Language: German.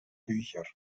bücher